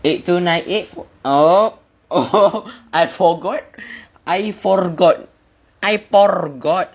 eight two nine eight four oh oh I forgot I forgot I forgot